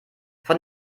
von